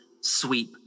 sweep